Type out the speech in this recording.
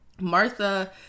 Martha